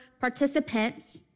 participants